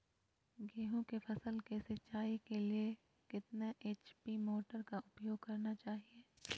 गेंहू की फसल के सिंचाई के लिए कितने एच.पी मोटर का उपयोग करना चाहिए?